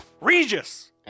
Regis